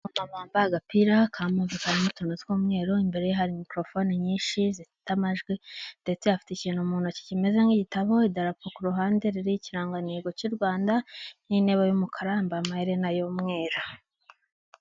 Umumama wambaye agapira ka move karimo utuntu tw'umweru, imbere ye hari mikorofoni nyinshi, zifite amajwi ndetse afite ikintu mu ntoki kimeze nk'igitabo, idarapo ku ruhande ririho ikirangantego cy'u Rwanda, n'intebe y'umukara yambaye amaherena y'umweru.